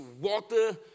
water